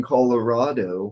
Colorado